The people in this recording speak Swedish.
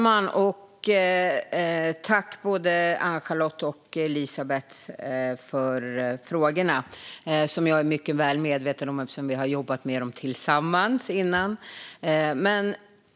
Fru talman! Tack, både Ann-Charlotte och Elisabeth, för frågorna, som jag är mycket väl medveten om eftersom vi har jobbat med dem tillsammans tidigare!